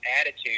attitude